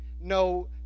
no